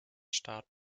staat